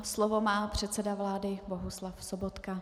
Slovo má předseda vlády Bohuslav Sobotka.